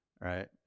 right